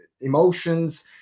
emotions